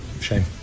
shame